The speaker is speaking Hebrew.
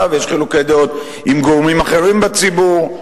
ויש חילוקי דעות עם גורמים אחרים בציבור.